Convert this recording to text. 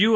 you